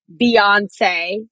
beyonce